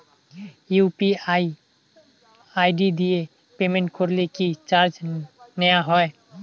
UPI ID দিয়ে payment করলে কি চার্জ নেয়া হয়?